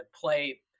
play